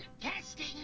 Testing